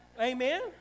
Amen